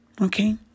Okay